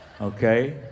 Okay